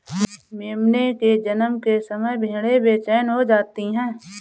मेमने के जन्म के समय भेड़ें बेचैन हो जाती हैं